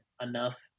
enough